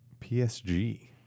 psg